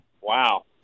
Wow